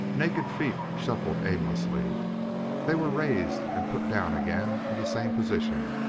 naked feet shuffled aimlessly they were raised and put down again in the same position,